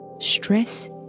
Stress